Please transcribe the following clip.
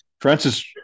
Francis